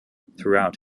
throughout